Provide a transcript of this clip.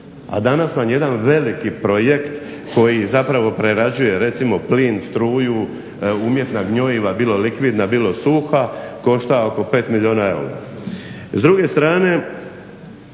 A danas vam jedan veliki projekt koji zapravo prerađuje recimo plin, struju, umjetna gnojiva, bilo likvidna, bilo suha košta oko 5 milijuna eura.